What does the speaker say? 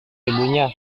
ibunya